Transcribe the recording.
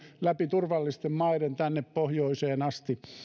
läpi turvallisten maiden tänne pohjoiseen asti